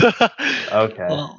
okay